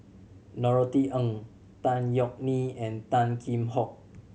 Norothy Ng Tan Yeok Nee and Tan Kheam Hock